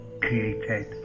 created